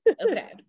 okay